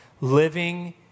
living